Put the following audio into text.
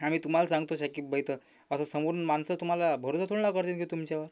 आम्ही तुम्हाला सांगतो शकीब भाई तर आता समोरून माणसं तुम्हाला भरोसा थोडी ना करतील की तुमच्यावर